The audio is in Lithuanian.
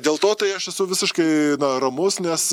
dėl to tai aš esu visiškai ramus nes